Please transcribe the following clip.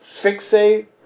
fixate